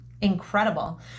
incredible